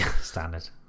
standard